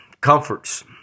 comforts